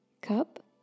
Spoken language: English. cup